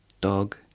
Dog